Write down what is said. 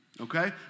okay